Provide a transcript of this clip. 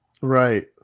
right